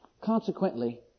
Consequently